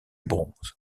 bronze